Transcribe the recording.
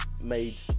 made